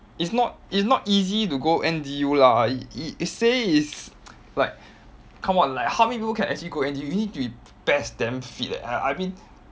it's not it's not easy to go N_D_U lah it it it say is like come on like how many people can actually go N_D_U you need be best damn fit leh I I mean